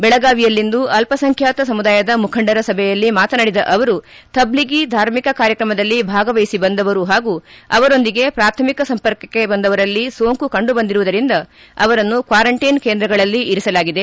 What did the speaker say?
ಬೆಳಗಾವಿಯಲ್ಲಿಂದು ಅಲ್ಪಸಂಖ್ಯಾತ ಸಮುದಾಯದ ಮುಖಂಡರ ಸಭೆಯಲ್ಲಿ ಮಾತನಾಡಿದ ಅವರು ತಬ್ಲಿಳಿ ಧಾರ್ಮಿಕ ಕಾರ್ಯಕ್ರಮದಲ್ಲಿ ಭಾಗವಹಿಸಿ ಬಂದವರು ಹಾಗೂ ಅವರೊಂದಿಗೆ ಪ್ರಾಥಮಿಕ ಸಂಪರ್ಕಕ್ಕೆ ಬಂದವರಲ್ಲಿ ಸೋಂಕು ಕಂಡುಬಂದಿರುವುದರಿಂದ ಅವರನ್ನು ಕ್ವಾರಂಟೈನ್ ಕೇಂದ್ರಗಳಲ್ಲಿ ಇರಿಸಲಾಗಿದೆ